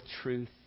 truth